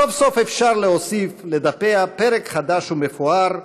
סוף-סוף, אפשר להוסיף לדפיה פרק חדש ומפואר,